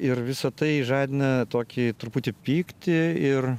ir visa tai žadina tokį truputį pyktį ir